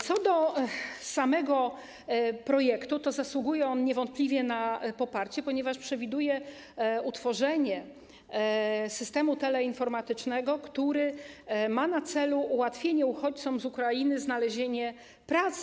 Co do samego projektu, to zasługuje on niewątpliwie na poparcie, ponieważ przewiduje utworzenie systemu teleinformatycznego, który ma na celu ułatwienie uchodźcom z Ukrainy znalezienie pracy.